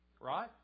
Right